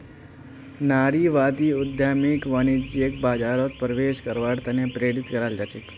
नारीवादी उद्यमियक वाणिज्यिक बाजारत प्रवेश करवार त न प्रेरित कराल जा छेक